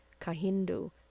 Kahindu